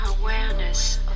awareness